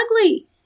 ugly